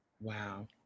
Wow